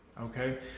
okay